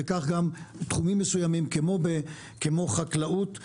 וכך גם בתחומים מסוימים, כמו החקלאות: